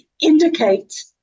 indicate